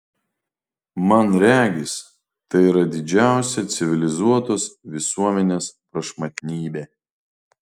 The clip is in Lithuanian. man regis tai yra didžiausia civilizuotos visuomenės prašmatnybė